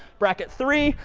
bracket three.